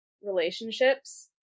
relationships